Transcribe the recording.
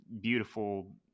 beautiful